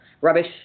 rubbish